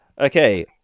okay